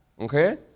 Okay